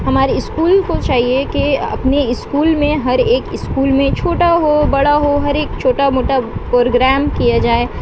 ہمارے اسکول کو چاہیے کہ اپنے اسکول میں ہر ایک اسکول میں چھوٹا ہو بڑا ہو ہر ایک چھوٹا موٹا پروگرام کیا جائے